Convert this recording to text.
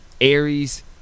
Aries